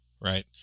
right